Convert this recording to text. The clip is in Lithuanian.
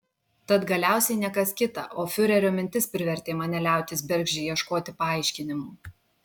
tad galiausiai ne kas kita o fiurerio mintis privertė mane liautis bergždžiai ieškoti paaiškinimų